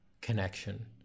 connection